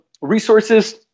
resources